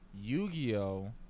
Yu-Gi-Oh